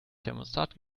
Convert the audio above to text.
thermostat